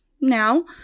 now